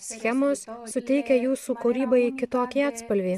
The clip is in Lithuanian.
schemos suteikia jūsų kūrybai kitokį atspalvį